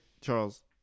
Charles